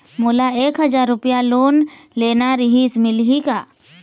मोला एक हजार रुपया लोन लेना रीहिस, मिलही का?